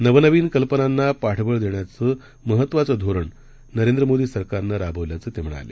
नवनवीनकल्पनांनापाठबळदेण्याचंमहत्त्वाचंधोरणनरेंद्रमोदीसरकारनंराबल्याचंतेम्हणाले